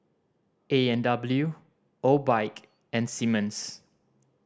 A and W Obike and Simmons